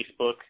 Facebook